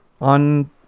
On